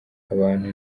abantu